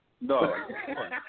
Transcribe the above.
No